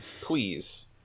Please